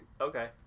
Okay